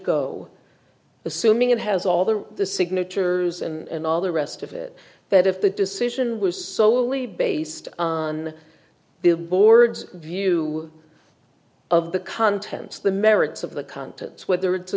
go assuming it has all the the signatures and all the rest of it that if the decision was solely based on billboard's view of the contents the merits of the contents whether it's a